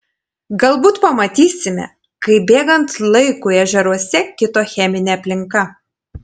galbūt pamatysime kaip bėgant laikui ežeruose kito cheminė aplinka